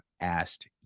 asked